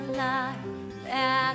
life